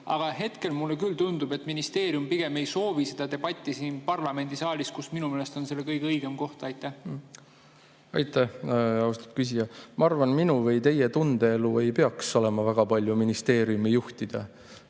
Aga hetkel mulle küll tundub, et ministeerium pigem ei soovi, et seda debatti siin parlamendisaalis peetakse, kuigi minu meelest on see selleks kõige õigem koht. Aitäh, austatud küsija! Ma arvan, et minu või teie tundeelu ei peaks olema väga palju ministeeriumi juhtida.